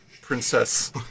princess